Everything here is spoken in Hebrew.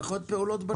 פחות פעולות בנקאיות.